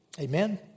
Amen